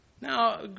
Now